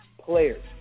players